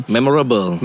Memorable